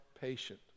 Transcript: patient